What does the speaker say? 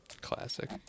Classic